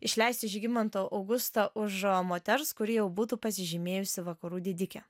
išleisti žygimantą augustą už moters kuri jau būtų pasižymėjusi vakarų didike